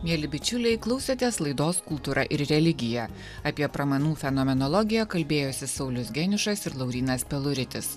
mieli bičiuliai klausėtės laidos kultūra ir religija apie pramanų fenomenologiją kalbėjosi saulius geniušas ir laurynas peluritis